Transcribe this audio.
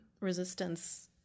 resistance